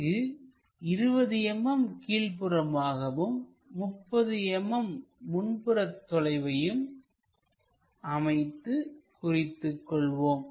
இங்கு 20 mm கீழ் புறமாகவும் 30 mm முன்புற தொலைவையும் அமைத்து குறித்துக் கொள்வோம்